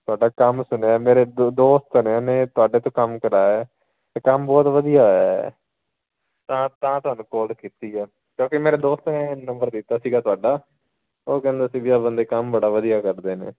ਤੁਹਾਡਾ ਕੰਮ ਸੁਣਿਆ ਮੇਰੇ ਦੋ ਦੋਸਤ ਨੇ ਤੁਹਾਡੇ ਤੋਂ ਕੰਮ ਕਰਾਇਆ ਅਤੇ ਕੰਮ ਬਹੁਤ ਵਧੀਆ ਹੋਈਆਂ ਤਾਂ ਤਾਂ ਤੁਹਾਨੂੰ ਕਾਲ ਕੀਤੀ ਆ ਕਿਉਂਕਿ ਮੇਰੇ ਦੋਸਤ ਨੇ ਨੰਬਰ ਦਿੱਤਾ ਸੀਗਾ ਤੁਹਾਡਾ ਉਹ ਕਹਿੰਦਾ ਸੀ ਵੀ ਆ ਬੰਦੇ ਕੰਮ ਬੜਾ ਵਧੀਆ ਕਰਦੇ ਨੇ